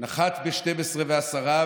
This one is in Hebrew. נחת ב-00:10,